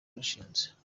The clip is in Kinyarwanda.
barushinze